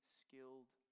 skilled